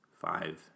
five